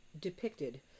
depicted